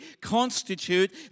constitute